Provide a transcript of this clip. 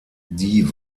die